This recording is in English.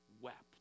wept